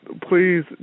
please